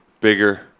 bigger